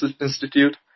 institute